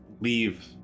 leave